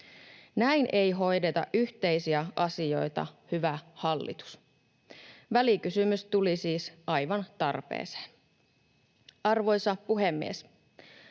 Näin ei hoideta yhteisiä asioita, hyvä hallitus. Välikysymys tuli siis aivan tarpeeseen. Arvoisa puhemies!